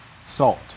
salt